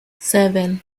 seven